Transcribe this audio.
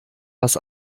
was